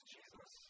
Jesus